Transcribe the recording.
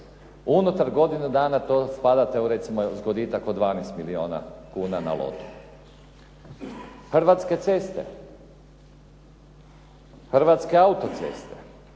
Unutar godinu dana to spada u recimo zgoditak od 12 milijuna kuna na lotu. Hrvatske ceste, hrvatske autoceste,